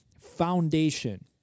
foundation